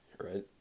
right